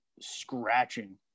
scratching